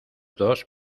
dos